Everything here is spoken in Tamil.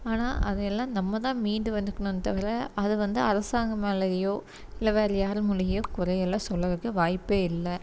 ஆனால் அது எல்லாம் நம்ம தான் மீண்டு வந்துக்கணுமே தவிர அதை வந்து அரசாங்கம் மேலேயோ இல்லை வேறு யார் மேலேயோ குறை எல்லாம் சொல்கிறதுக்கு வாய்ப்பு இல்லை